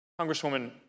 Congresswoman